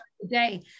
today